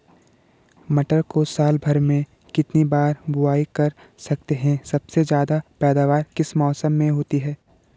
मटर को साल भर में कितनी बार बुआई कर सकते हैं सबसे ज़्यादा पैदावार किस मौसम में होती है?